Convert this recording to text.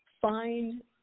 find